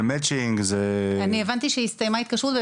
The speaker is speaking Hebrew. אני הבנתי שהסתיימה ההתקשרות.